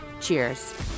Cheers